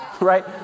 right